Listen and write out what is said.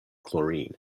chlorine